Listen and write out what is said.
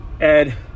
Ed